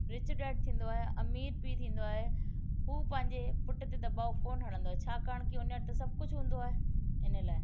rich dad थींदो आहे अमीर पीउ थींदो आहे उहो पंहिंजे पुट ते दबाव कोन हणंदो छाकाणि कि उन वटि त सभु कुझु हूंदो आहे इन लाइ